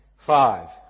Five